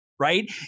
right